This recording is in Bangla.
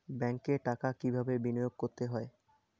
ব্যাংকে টাকা কিভাবে বিনোয়োগ করতে হয়?